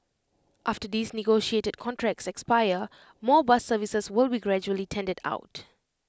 after these negotiated contracts expire more bus services will be gradually tendered out